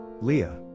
Leah